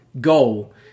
goal